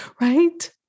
right